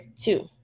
two